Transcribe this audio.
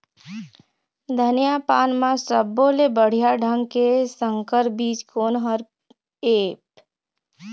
धनिया पान म सब्बो ले बढ़िया ढंग के संकर बीज कोन हर ऐप?